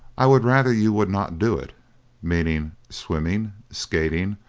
i would rather you would not do it meaning swimming, skating,